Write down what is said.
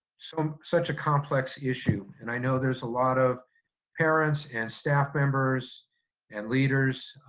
so such a complex issue. and i know there's a lot of parents and staff members and leaders,